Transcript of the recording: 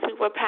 superpower